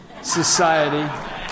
Society